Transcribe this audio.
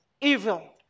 evil